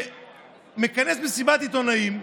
שמכנס מסיבת עיתונאים,